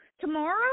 Tomorrow